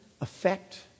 affect